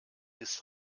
ist